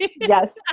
Yes